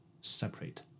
separate